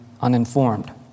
uninformed